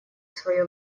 своё